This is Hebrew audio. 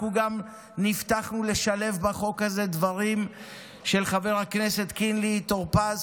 אנחנו גם הבטחנו לשלב בחוק הזה דברים של חבר הכנסת קינלי טור פז,